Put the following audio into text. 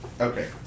Okay